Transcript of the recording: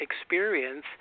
experience